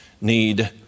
need